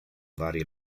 varie